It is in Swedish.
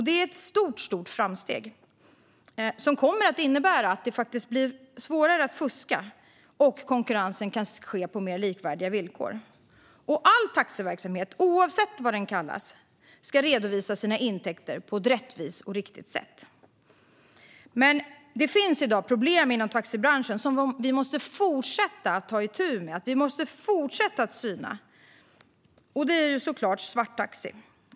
Det är ett stort framsteg som kommer att innebära att det blir svårare att fuska och att konkurrensen kan ske på mer lika villkor. All taxiverksamhet, oavsett vad den kallas, ska redovisa sina intäkter på ett rättvist och riktigt sätt. Men det finns i dag problem inom taxibranschen som vi måste fortsätta att ta itu med. Vi måste fortsätta att syna dem. Det gäller såklart svarttaxi.